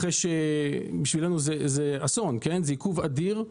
בשבילנו זה אסון, זה עיכוב אדיר.